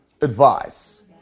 advice